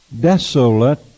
desolate